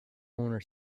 owner